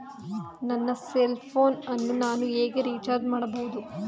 ನನ್ನ cell phone ಅನ್ನು ನಾನು ಹೇಗೆ ರಿಚಾರ್ಜ್ ಮಾಡಬಹುದು?